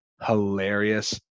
hilarious